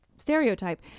stereotype